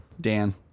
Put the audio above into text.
Dan